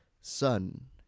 son